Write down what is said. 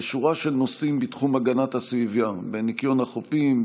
בשורה של נושאים בתחום הגנת הסביבה: בניקיון החופים,